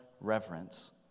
reverence